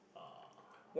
uh